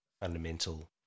Fundamental